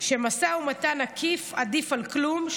שמשא ומתן עקיף עדיף על כלום,